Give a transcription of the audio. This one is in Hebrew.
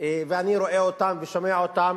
ואני רואה אותם ושומע אותם,